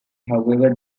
however